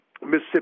Mississippi